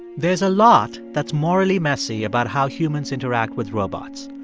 there's a lot that's morally messy about how humans interact with robots.